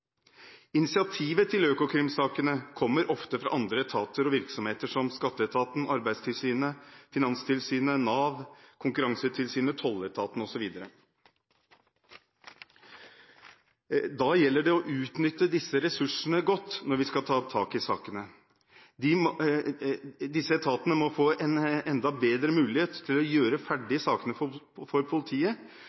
Initiativet til Økokrim-sakene kommer ofte fra andre etater og virksomheter, slik som skatteetaten, Arbeidstilsynet, Finanstilsynet, Nav, Konkurransetilsynet, tolletaten osv., og da gjelder det å utnytte disse ressursene godt når vi skal ta tak i sakene. Disse etatene må få en enda bedre mulighet til å gjøre ferdig sakene for politiet,